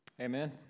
Amen